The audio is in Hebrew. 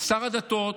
שר הדתות,